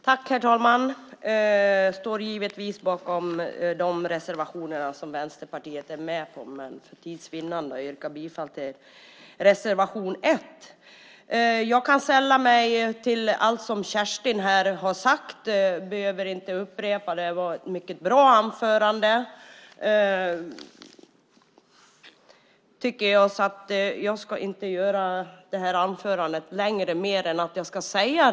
Herr talman! Jag står givetvis bakom de reservationer där Vänsterpartiet finns med, men för tids vinnande yrkar jag bifall till reservation 1. Jag kan instämma i allt som Kerstin Haglö här har sagt. Jag behöver inte upprepa det. Det var ett mycket bra anförande. Jag ska därför inte hålla något långt anförande.